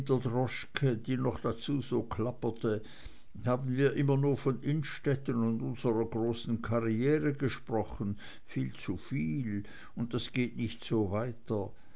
die noch dazu so klapperte haben wir immer nur von innstetten und unserer großen karriere gesprochen viel zuviel und das geht nicht so weiter